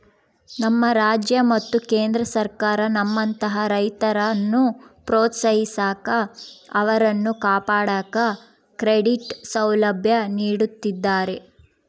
ನಮ್ಮ ರಾಜ್ಯ ಮತ್ತು ಕೇಂದ್ರ ಸರ್ಕಾರ ನಮ್ಮಂತಹ ರೈತರನ್ನು ಪ್ರೋತ್ಸಾಹಿಸಾಕ ಅವರನ್ನು ಕಾಪಾಡಾಕ ಕ್ರೆಡಿಟ್ ಸೌಲಭ್ಯ ನೀಡುತ್ತಿದ್ದಾರೆ